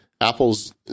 Apple's